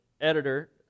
editor